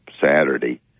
Saturday